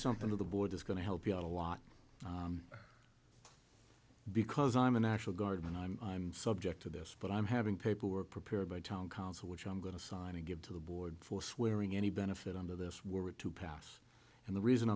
something to the board it's going to help you out a lot because i'm a national guard and i'm i'm subject to this but i'm having paperwork prepared by town council which i'm going to sign to give to the board for swearing any benefit under this were to pass and the reason